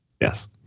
Yes